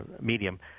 medium